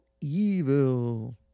evil